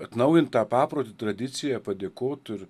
atnaujint tą paprotį tradiciją padėkot ir